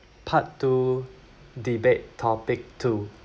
part two debate topic two